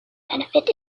benefit